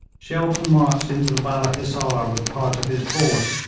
shelton marched into the balla hissar with part of his force,